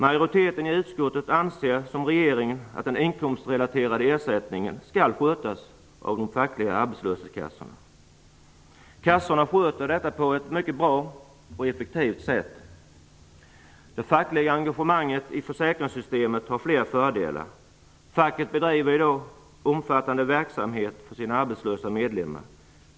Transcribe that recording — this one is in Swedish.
Majoriteten i utskottet anser som regeringen att den inkomstrelaterade ersättningen skall skötas av de fackliga arbetslöshetskassorna. Kassorna sköter detta på ett mycket bra och effektivt sätt. Det fackliga engagemanget i försäkringssystemet har fler fördelar. Facket bedriver omfattande verksamhet för sina arbetslösa medlemmar.